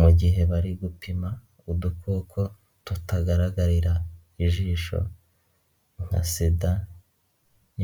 Mu gihe bari gupima udukoko tutagaragarira ijisho nka SIDA,